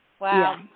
Wow